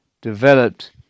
developed